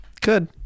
Good